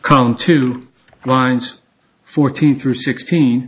come to mind fourteen through sixteen